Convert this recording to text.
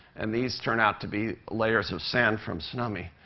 and these turn out to be layers of sand from tsunami.